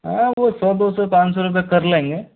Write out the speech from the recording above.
हाँ वो सौ दो सौ पाँच सौ रुपये कर लेंगे